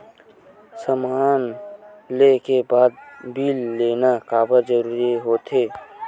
समान ले के बाद बिल लेना काबर जरूरी होथे?